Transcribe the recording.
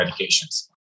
medications